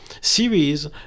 series